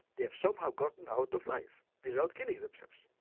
they have somehow gotten out of life without killing themselves.